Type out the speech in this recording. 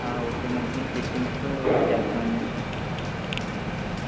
ఒకే మంచి మంచి సెట్టింగ్స్తో చేస్తాము అండి